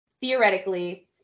theoretically